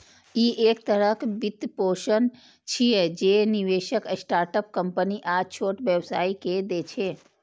ई एक तरहक वित्तपोषण छियै, जे निवेशक स्टार्टअप कंपनी आ छोट व्यवसायी कें दै छै